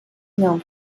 known